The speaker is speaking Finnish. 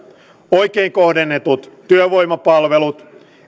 oikein kohdennetut työvoimapalvelut